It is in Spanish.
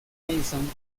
mason